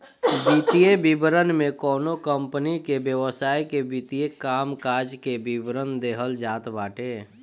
वित्तीय विवरण में कवनो कंपनी के व्यवसाय के वित्तीय कामकाज के विवरण देहल जात बाटे